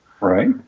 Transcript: right